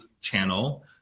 channel